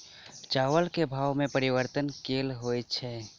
चावल केँ भाव मे परिवर्तन केल होइ छै?